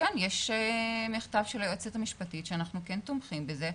שיש מכתב של היועצת המשפטית שאנחנו כן תומכים בזה,